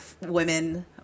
women